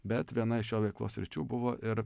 bet viena iš jo veiklos sričių buvo ir